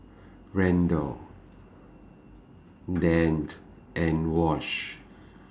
Randal Dante and Wash